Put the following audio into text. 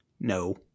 No